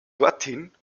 dorthin